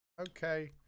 Okay